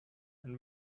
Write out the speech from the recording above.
and